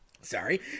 Sorry